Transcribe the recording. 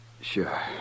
Sure